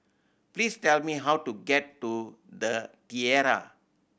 please tell me how to get to The Tiara